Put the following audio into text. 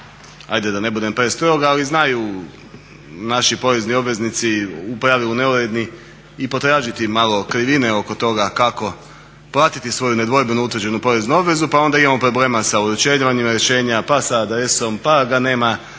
ajde da ne budem prestrog ali znaju naši porezni obveznici u pravilu neuredni i potražiti malo krivine oko toga kako platiti svoju nedvojbenu utvrđenu poreznu obvezu pa onda imamo problema sa uručenjem rješenja, pa sa adresom, pa ga nema